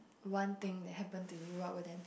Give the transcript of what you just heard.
one thing that happenned to you what would that be